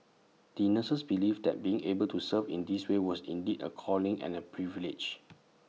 the nurses believed that being able to serve in this way was indeed A calling and A privilege